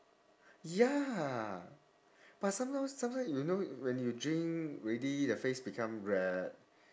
ya but sometimes sometimes you know when you drink already the face become red